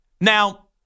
Now